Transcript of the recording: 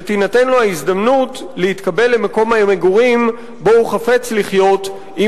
ותינתן לו ההזדמנות להתקבל למקום המגורים שהוא חפץ לחיות בו,